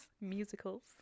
musicals